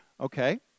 Okay